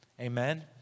Amen